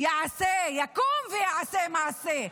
יקום ויעשה מעשה?